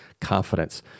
confidence